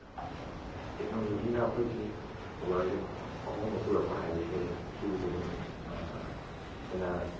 ꯇꯦꯛꯅꯣꯂꯣꯖꯤꯅ ꯑꯩꯈꯣꯏꯒꯤ ꯋꯔ꯭ꯜꯗ ꯑꯍꯣꯡꯕ ꯄꯨꯔꯛꯄ ꯍꯥꯏꯕꯁꯤ ꯁꯤꯕꯨꯗꯤ ꯑꯗꯨꯝ ꯑꯩꯈꯣꯏꯅ